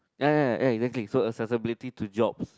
ya ya ya exactly so accessibility to jobs